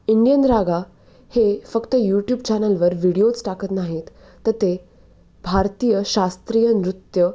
Indian Raga हे फक्त YouTube चॅनलवर व्हिडिओज टाकत नाहीत तर ते भारतीय शास्त्रीय नृत्य